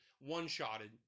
one-shotted